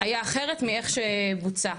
אחרת מאיך שהוא בוצע.